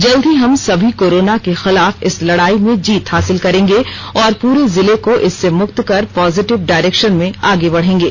जल्द ही हम सभी कोरोना के खिलाफ इस लड़ाई में जीत हासिल करेंगे और पूरे जिले को इससे मुक्त कर पॉजिटिव डायरेक्शन में आगे बढ़ेंगे